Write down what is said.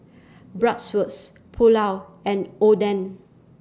Bratwurst Pulao and Oden